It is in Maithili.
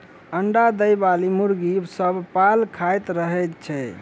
अंडा देबयबाली मुर्गी सभ पाल खाइत रहैत छै